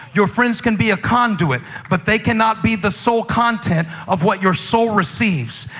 your friends can be a conduit, but they cannot be the sole content of what your soul receives.